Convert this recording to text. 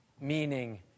meaning